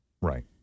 Right